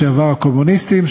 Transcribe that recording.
לשעבר הקומוניסטים,